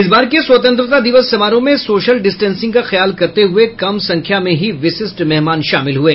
इस बार के स्वतंत्रता दिवस समारोह में सोशल डिस्टेंसिंग का ख्याल करते हुये कम संख्या में ही विशिष्ट मेहमान शामिल हुये